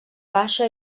baixa